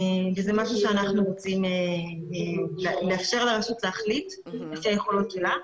וזה משהו שאנחנו רוצים לאפשר לרשות להחליט לפי היכולות שלה.